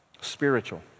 spiritual